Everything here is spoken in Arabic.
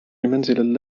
المنزل